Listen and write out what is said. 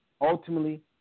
ultimately